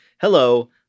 Hello